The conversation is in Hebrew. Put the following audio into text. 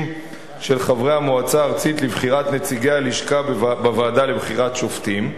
של חברי המועצה הארצית לבחירת נציגי הלשכה בוועדה לבחירת שופטים.